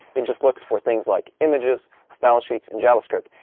it just looks for things like images, style sheets, and javascript.